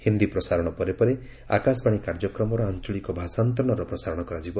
ହିନ୍ଦୀ ପ୍ରସାରଣ ପରେ ପରେ ଆକାଶବାଣୀ କାର୍ଯ୍ୟକ୍ରମର ଆଞ୍ଚଳିକ ଭାଷାନ୍ତରଣର ପ୍ରସାରଣ କରିବ